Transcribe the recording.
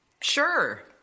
Sure